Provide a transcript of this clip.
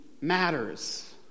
matters